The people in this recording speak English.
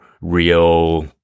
real